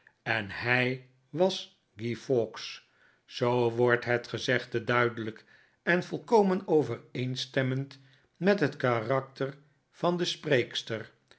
en hij was guy fawkes zoo wordt het gezegde duidelijk en volkomen overeenstemmend met het karakter van de spreekster